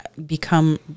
Become